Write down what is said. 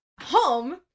home